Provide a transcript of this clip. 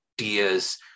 ideas